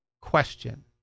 question